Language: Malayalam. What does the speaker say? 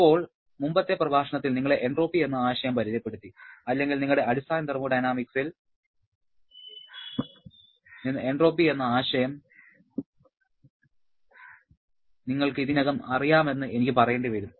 ഇപ്പോൾ മുമ്പത്തെ പ്രഭാഷണത്തിൽ നിങ്ങളെ എൻട്രോപ്പി എന്ന ആശയം പരിചയപ്പെടുത്തി അല്ലെങ്കിൽ നിങ്ങളുടെ അടിസ്ഥാന തെർമോഡയനാമിമിക്സിൽ നിന്ന് എൻട്രോപ്പി എന്ന ആശയം നിങ്ങൾക്ക് ഇതിനകം അറിയാമെന്ന് എനിക്ക് പറയേണ്ടി വരും